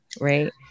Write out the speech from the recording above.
right